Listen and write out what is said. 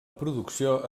producció